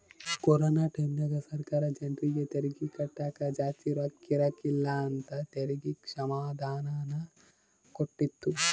corona ಟೈಮ್ಯಾಗ ಸರ್ಕಾರ ಜರ್ನಿಗೆ ತೆರಿಗೆ ಕಟ್ಟಕ ಜಾಸ್ತಿ ರೊಕ್ಕಿರಕಿಲ್ಲ ಅಂತ ತೆರಿಗೆ ಕ್ಷಮಾದಾನನ ಕೊಟ್ಟಿತ್ತು